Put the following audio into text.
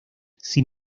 sin